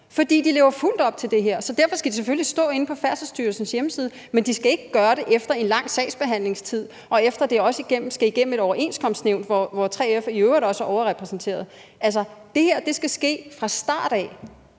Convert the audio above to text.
fordi de lever fuldt op til det her, så derfor skal de selvfølgelig stå inde på Færdselsstyrelsens hjemmeside, men de skal ikke gøre det efter en lang sagsbehandlingstid og efter, at det også skal igennem et overenskomstnævn, hvor 3F i øvrigt også er overrepræsenteret. Det her skal ske fra start af,